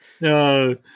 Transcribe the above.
No